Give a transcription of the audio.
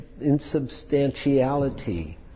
Insubstantiality